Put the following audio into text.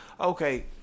Okay